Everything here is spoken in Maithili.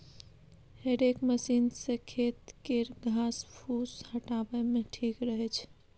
हेरेक मशीन सँ खेत केर घास फुस हटाबे मे ठीक रहै छै